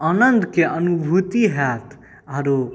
आनन्दके अनुभूति हैत आओर